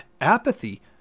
apathy